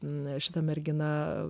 na šita mergina